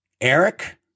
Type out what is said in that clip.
Eric